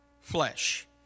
flesh